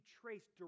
traced